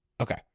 Okay